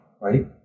right